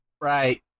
Right